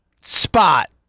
spot